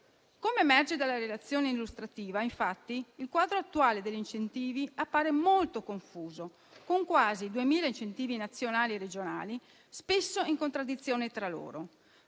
Come emerge dalla relazione illustrativa, infatti, il quadro attuale degli incentivi appare molto confuso, con quasi 2.000 incentivi nazionali regionali spesso in contraddizione tra loro.